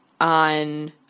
on